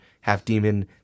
half-demon